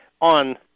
on